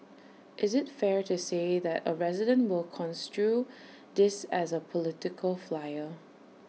is IT fair to say that A resident will construe this as A political flyer